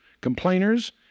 complainers